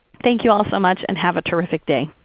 thank you all so much and have a terrific day.